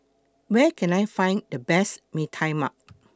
Where Can I Find The Best Mee Tai Mak